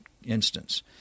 instance